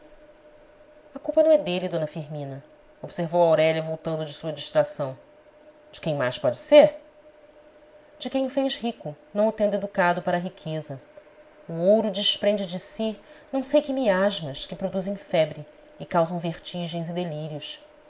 a culpa não é dele d firmina observou aurélia voltando de sua distração de quem mais pode ser perguntou a viúva de quem o fez rico não o tendo educado para a riqueza o ouro desprende de si não sei que miasmas que produzem febre e causam vertigens e delírios